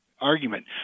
argument